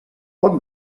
poc